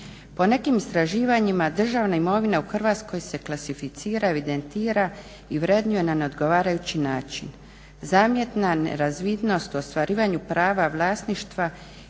Po nekim istraživanjima državna imovina u Hrvatskoj se klasificira, evidentira i vrednuje na neodgovarajući način. Zamjetna nerazvidnost u ostvarivanju prava vlasništva